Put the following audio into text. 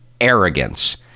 arrogance